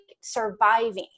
surviving